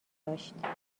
داشت